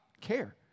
care